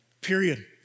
period